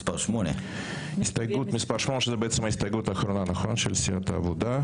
הסתייגות מספר 8. זאת ההסתייגות האחרונה של סיעת העבודה.